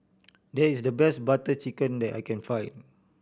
there is the best Butter Chicken that I can find